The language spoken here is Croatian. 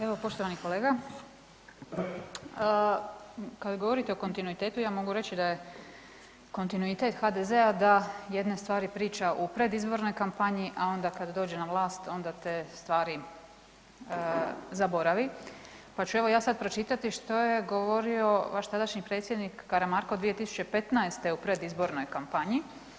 Evo poštovani kolega, kad govorite o kontinuitetu, ja mogu reći da je kontinuitet HDZ-a da jedne stvari priča u predizbornoj kampanji, a onda kad dođe na vlast onda te stvari zaboravi, pa ću evo ja sad pročitati što je govorio vaš tadašnji predsjednik Karamarko 2015. u predizbornoj kampanji.